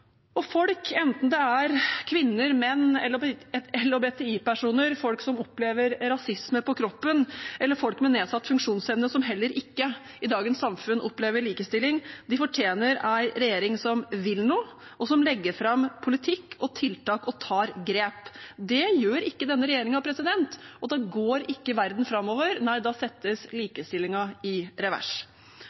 kvinner, menn, LHBTI-personer, folk som opplever rasisme på kroppen eller folk med nedsatt funksjonsevne – som heller ikke i dagens samfunn opplever likestilling – fortjener en regjering som vil noe, og som legger fram politikk og tiltak og tar grep. Det gjør ikke denne regjeringen, og da går ikke verden framover – nei, da settes likestillingen i revers.